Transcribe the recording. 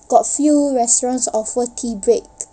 got few restaurants offer tea break